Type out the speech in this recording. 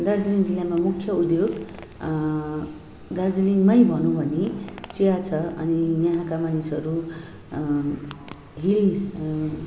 दार्जिलिङ जिल्लामा मुख्य उद्योग दार्जिलिङमै भनौँ भने चिया छ अनि यहाँका मानिसहरू हिल